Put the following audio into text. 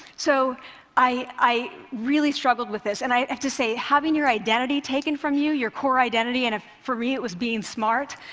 so i really struggled with this, and i have to say, having your identity taken from you, your core identity, and ah for me it was being smart,